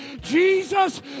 Jesus